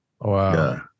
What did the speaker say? Wow